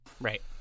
Right